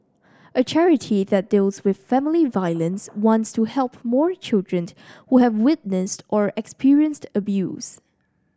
a charity that deals with family violence wants to help more children who have witnessed or experienced abuse